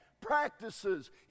practices